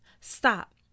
Stop